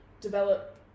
develop